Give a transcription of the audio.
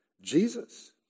Jesus